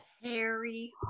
Harry